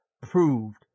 proved